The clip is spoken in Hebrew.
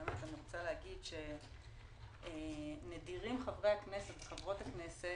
נדירים חברי הכנסת וחברות הכנסת